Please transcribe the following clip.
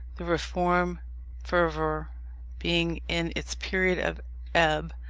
the reform fervour being in its period of ebb,